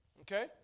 Okay